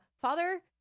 father